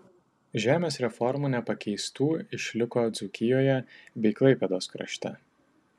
žemės reformų nepakeistų išliko dzūkijoje bei klaipėdos krašte